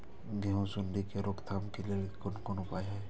गेहूँ सुंडी के रोकथाम के लिये कोन कोन उपाय हय?